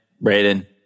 Braden